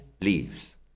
leaves